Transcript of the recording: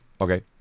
Okay